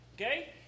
Okay